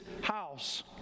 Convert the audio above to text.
house